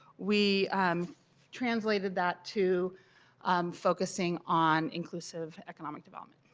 we um translated that to focusing on inclusive economic development.